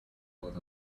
what